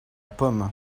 pomme